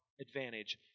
advantage